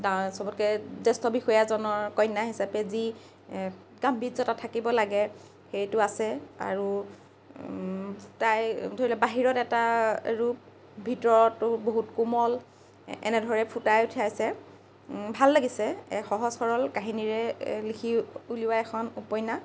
চবতকৈ জ্য়েষ্ঠ বিষয়াৰ কন্যা হিচাপে যি যি গাম্ভীৰ্য্যতা থাকিব লাগে সেইটো আছে আৰু তাই ধৰি লওক বাহিৰত এটা ৰূপ ভিতৰটো বহুত কোমল এনেদৰে ফুটাই উঠাইছে ভাল লাগিছে এক সহজ সৰল কাহিনীৰে লিখি উলিওৱা এখন উপন্যাস